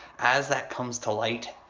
as that comes to light,